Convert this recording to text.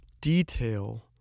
detail